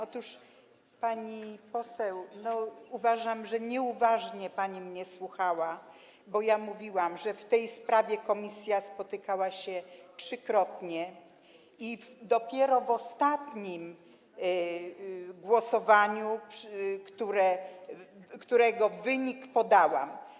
Otóż, pani poseł, uważam, że nieuważnie pani mnie słuchała, bo ja mówiłam, że w tej sprawie komisja spotykała się 3-krotnie i dopiero w ostatnim głosowaniu, którego wynik podałam.